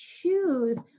choose